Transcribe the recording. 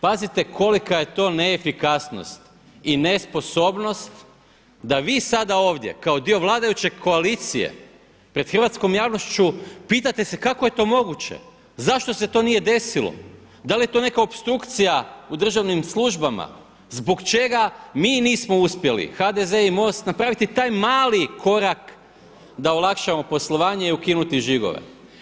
Pazite kolika je to neefikasnost i nesposobnost da vi sada ovdje kao dio vladajuće koalicije pred hrvatskom javnošću pitate se kako je to moguće, zašto se to nije desilo, da li je to neka opstrukcija u državnim službama, zbog čega mi nismo uspjeli HDZ i MOST napraviti taj mali korak da olakšamo poslovanje i ukinuti žigove.